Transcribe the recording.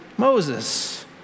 Moses